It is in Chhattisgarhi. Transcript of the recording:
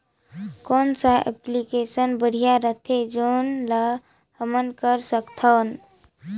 कौन सा एप्लिकेशन बढ़िया रथे जोन ल हमन कर सकथन?